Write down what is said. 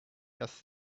does